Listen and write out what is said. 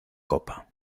copa